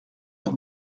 sur